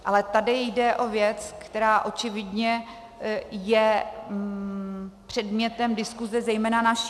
Ale tady jde o věc, která očividně je předmětem diskuse zejména naší.